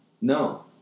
No